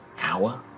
Hour